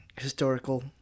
historical